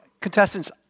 contestants